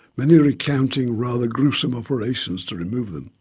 many recounting rather gruesome operations to remove them.